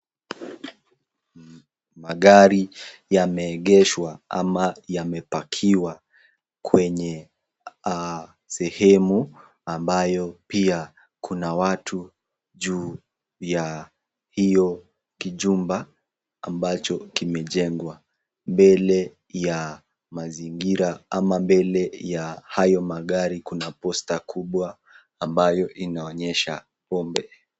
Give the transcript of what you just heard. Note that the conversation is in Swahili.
Magari yameegeshwa ama yamepakiwa kwenye sehemu ambayo pia kuna watu juu ya hiyo kijumba ambacho kimejengwa. Mbele ya mazingira ama mbele ya hayo magari, kuna posta kubwa ambayo inaonyesha pombe.